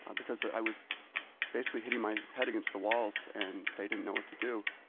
because i was basically hitting my head against the walls and they didn't know what to do.